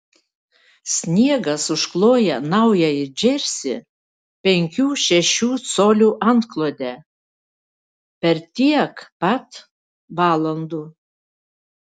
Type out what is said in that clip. sniegas užkloja naująjį džersį penkių šešių colių antklode per tiek pat valandų